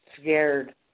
scared